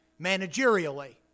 managerially